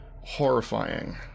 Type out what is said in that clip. horrifying